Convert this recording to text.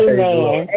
Amen